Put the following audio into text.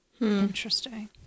Interesting